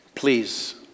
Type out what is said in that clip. Please